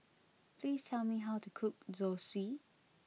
please tell me how to cook Zosui